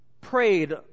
prayed